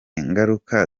ngaruka